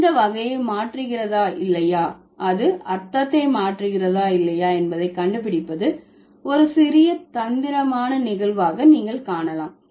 இது வகையை மாற்றுகிறதா இல்லையா அது அர்த்தத்தை மாற்றுகிறதா இல்லையா என்பதை கண்டுபிடிப்பது ஒரு சிறிய தந்திரமான நிகழ்வாக நீங்கள் காணலாம்